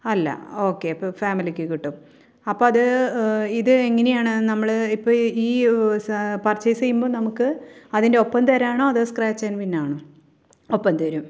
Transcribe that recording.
അല്ലാ okay അപ്പോൾ ഫാമിലിക്ക് കിട്ടും അപ്പോൾ അത് ഇതെങ്ങനെയാണ് നമ്മളിപ്പോൾ ഈ പർച്ചെയ്സ് ചെയ്യുമ്പോൾ നമുക്ക് അതിൻ്റെ ഒപ്പം തരികയാണോ അതോ സ്ക്രാച്ച് ആൻറ്റ് വിൻ ആണോ ഒപ്പം തരും